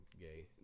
gay